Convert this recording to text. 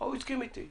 הוא הסכים אתי.